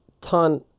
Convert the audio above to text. ton